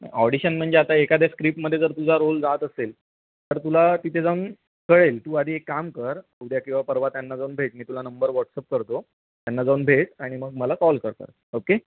audition म्हणजे आता एखाद्या स्क्रीपमध्ये जर तुझा रोल जात असेल तर तुला तिथे जाऊन कळेल तू आधी एक काम कर उद्या किंवा परवा त्यांना जाऊन भेट मी तुला नंबर व्हॉट्सअप करतो त्यांना जाऊन भेट आणि मग मला कॉल कर ओके